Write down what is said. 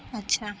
اچھا